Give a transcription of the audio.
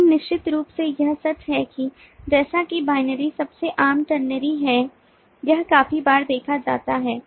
लेकिन निश्चित रूप से यह सच है कि जैसा कि binary सबसे आम ternary है यह काफी बार देखा जाता है